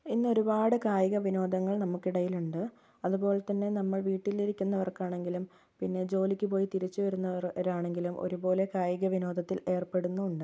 ഇന്നൊരുപാട് കായിക വിനോദങ്ങൾ നമ്മുക്കിടയിൽ ഉണ്ട് അതുപോലെ തന്നെ നമ്മൾ വീട്ടിലിരിക്കുന്നവർക്കാണെങ്കിലും പിന്നെ ജോലിക്ക് പോയി തിരിച്ച് വരുന്നവരാണെങ്കിലും ഒരുപോലെ കായിക വിനോദത്തിൽ ഏർപ്പെടുന്നുണ്ട്